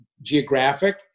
geographic